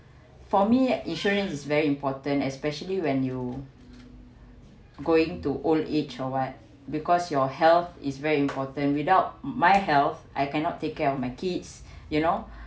for me insurance is very important especially when you going to old age or what because your health is very important without my health I cannot take care of my kids you know